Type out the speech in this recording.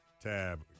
tab